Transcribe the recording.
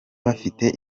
bafite